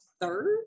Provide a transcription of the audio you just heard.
Third